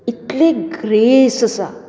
इतली ग्रेस आसा